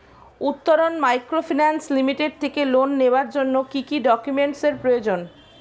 Uttaran microfinance limited থেকে loan নেওয়ার জন্য কি কি ডকুমেন্টস এর প্রয়োজন?